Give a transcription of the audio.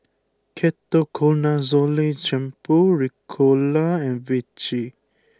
Ketoconazole Shampoo Ricola and Vichy